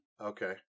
Okay